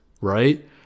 right